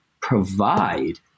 Provide